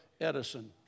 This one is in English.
Edison